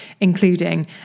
including